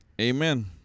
Amen